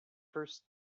first